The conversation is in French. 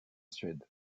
suède